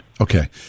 Okay